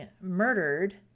murdered